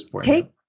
take